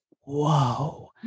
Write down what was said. Whoa